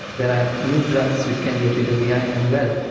there are new drugs which can get rid of the iron as well.